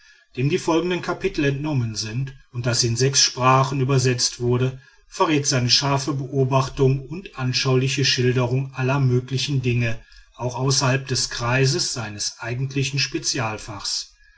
dem die folgenden kapitel entnommen sind und das in sechs sprachen übersetzt wurde verrät seine scharfe beobachtung und anschauliche schilderung aller möglichen dinge auch außerhalb des kreises seines eigentlichen